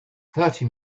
thirty